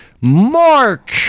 Mark